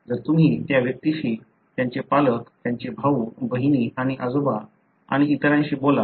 तर तुम्ही त्या व्यक्तीशी त्यांचे पालक त्यांचे भाऊ बहिणी आणि आजोबा आणि इतरांशी बोलाल